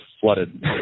flooded